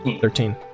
Thirteen